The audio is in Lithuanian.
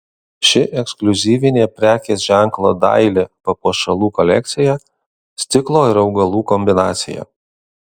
ši ekskliuzyvinė prekės ženklo daili papuošalų kolekcija stiklo ir augalų kombinacija